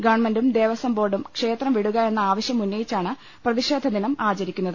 ഗവൺമെന്റും ദേവസം ബോർഡും ക്ഷേത്രം വിടുക എന്ന ആവശ്യം ഉന്നയിച്ചാണ് പ്രതിഷേധ ദിനം ആചരിക്കുന്നത്